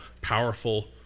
powerful